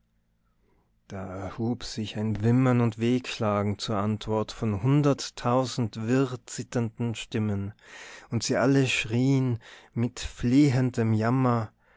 da erhub sich ein wimmern und wehklagen zur antwort von hunderttausend wirr zitternden stimmen und sie alle schrieen mit flehendem jammer